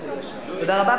תודה רבה.